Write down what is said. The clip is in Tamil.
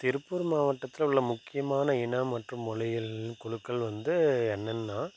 திருப்பூர் மாவட்டத்தில் உள்ள முக்கியமாக இனம் மற்றும் மொழிகள் குழுக்கள் வந்து என்னென்னா